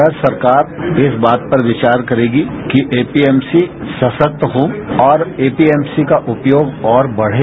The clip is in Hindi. भारत सरकार इस बात पर विचार करेगी कि एपीएमसी सशक्त हो और एपीएमसी का उपयोग और बढ़े